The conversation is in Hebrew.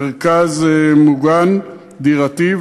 מרכז מוגן דירתי,